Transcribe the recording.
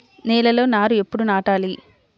నేలలో నారు ఎప్పుడు నాటాలి?